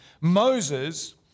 Moses